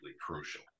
crucial